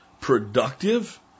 productive